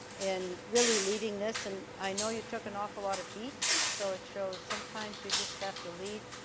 and really leading this. and i know you took an awful lot of heat. so it shows sometimes you just have to lead